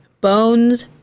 Bones